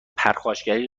پرخاشگری